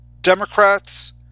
democrats